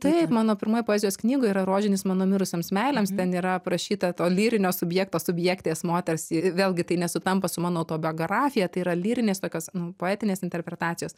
taip mano pirmoj poezijos knygoj yra rožinis mano mirusioms meilėms ten yra parašyta to lyrinio subjekto subjektės moters vėlgi tai nesutampa su mano autobiografija tai yra lyrinės tokios nu poetinės interpretacijos